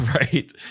right